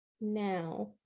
now